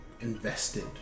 invested